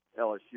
LSU